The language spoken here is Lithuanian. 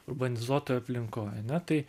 urbanizuotoj aplinkoj ane tai